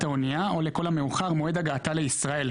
האונייה או לכל המאוחר מועד הגעתה לישראל.